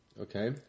Okay